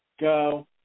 go